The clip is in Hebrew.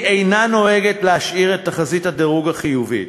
היא אינה נוהגת להשאיר את תחזית הדירוג החיובית,